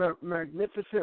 Magnificent